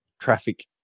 traffic